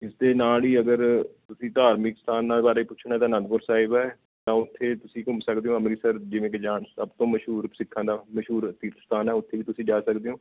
ਇਸ ਦੇ ਨਾਲ ਹੀ ਅਗਰ ਤੁਸੀਂ ਧਾਰਮਿਕ ਸਥਾਨਾਂ ਬਾਰੇ ਪੁੱਛਣਾ ਤਾਂ ਆਨੰਦਪੁਰ ਸਾਹਿਬ ਹੈ ਤਾਂ ਉੱਥੇ ਤੁਸੀਂ ਘੁੰਮ ਸਕਦੇ ਹੋ ਅੰਮ੍ਰਿਤਸਰ ਜਿਵੇਂ ਕਿ ਜਹਾਨ 'ਚ ਸਭ ਤੋਂ ਮਸ਼ਹੂਰ ਸਿੱਖਾਂ ਦਾ ਮਸ਼ਹੂਰ ਤੀਰਥ ਸਥਾਨ ਹੈ ਉੱਥੇ ਵੀ ਤੁਸੀਂ ਜਾ ਸਕਦੇ ਹੋ